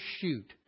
shoot